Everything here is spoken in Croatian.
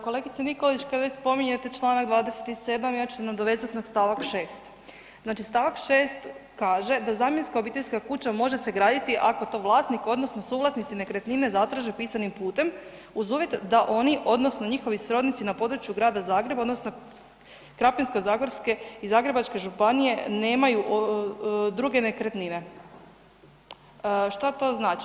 Kolegice Nikolić kada već spominjete čl. 27. ja ću se nadovezati na st. 6. znači st. 6. kaže da „zamjenska obiteljska kuća može se graditi ako to vlasnik odnosno suvlasnici nekretnine zatraže pisanim putem uz uvjet da oni odnosno njihovi srodnici na području Grada Zagreba odnosno Krapinsko-zagorske i Zagrebačke županije nemaju druge nekretnine.“ Šta to znači?